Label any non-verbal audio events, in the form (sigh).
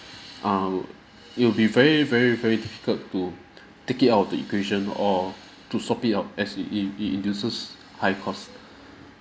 I would it will be very very very difficult to (breath) take it out of the equation or to swap it out as it it it induces high cost